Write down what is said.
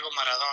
Maradona